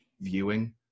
viewing